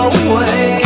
away